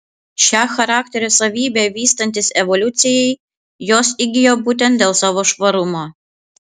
šią charakterio savybę vystantis evoliucijai jos įgijo būtent dėl savo švarumo